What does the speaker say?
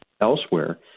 elsewhere